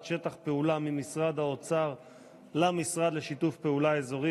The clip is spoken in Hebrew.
שטח פעולה ממשרד האוצר למשרד לשיתוף פעולה אזורי